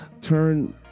turn